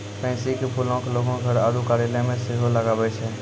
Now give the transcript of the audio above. pansy के फूलो के लोगें घर आरु कार्यालय मे सेहो लगाबै छै